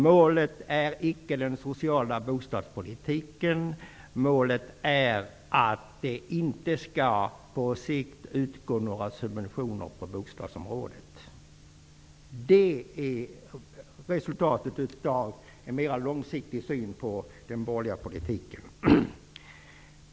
Målet är icke en social bostadspolitik -- målet är att det på sikt inte skall utgå några subventioner på bostadsområdet. Det är det mera långsiktiga resultatet av den borgerliga politiken.